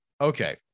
okay